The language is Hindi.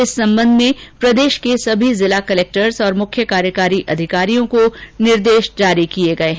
इस संबंध में प्रदेश के सभी जिला कलेक्टर्स और मुख्य कार्यकारी अधिरियों को निर्देश जारी किए गए हैं